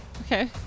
Okay